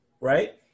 Right